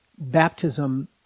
baptism